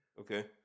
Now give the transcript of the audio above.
Okay